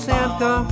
Santa